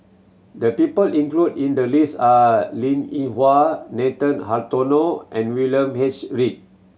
the people included in the list are Linn In Hua Nathan Hartono and William H Read